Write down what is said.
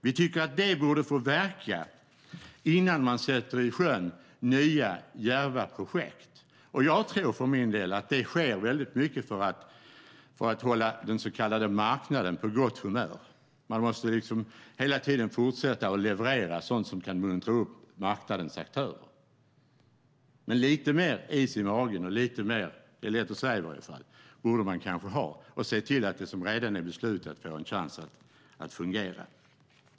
Vi tycker att de borde få verka innan man sätter nya, djärva projekt i sjön. Jag tror för min del att det sker väldigt mycket för att hålla den så kallade marknaden på gott humör. Man måste hela tiden fortsätta att leverera sådant som kan muntra upp marknadens aktörer. Men man borde kanske ha lite mer is i magen - det är i alla fall lätt att säga - och se till att det som redan är beslutat får en chans att fungera.